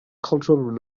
cultural